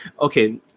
okay